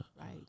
right